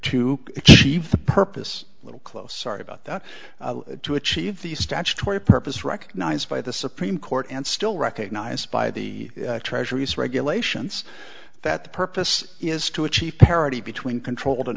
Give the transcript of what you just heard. to achieve the purpose a little close sorry about that to achieve the statutory purpose recognized by the supreme court and still recognized by the treasury's regulations that the purpose is to achieve parity between controlled